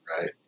right